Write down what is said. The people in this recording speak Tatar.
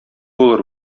булыр